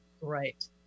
right